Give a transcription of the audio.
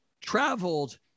traveled